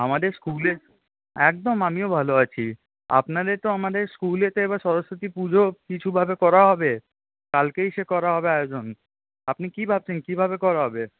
আমাদের স্কুলের একদম আমিও ভালো আছি আপনাদের তো আমাদের স্কুলেতে এবার সরস্বতী পুজো কিছুভাবে করা হবে কালকেই সে করা হবে আয়োজন আপনি কি ভাবছেন কীভাবে করা হবে